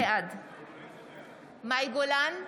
בעד מאי גולן,